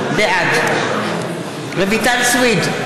בעד רויטל סויד,